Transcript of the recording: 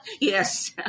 Yes